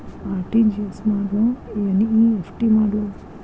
RTGS ಮಾಡ್ಲೊ NEFT ಮಾಡ್ಲೊ?